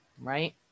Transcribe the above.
right